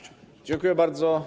Dziękuję bardzo.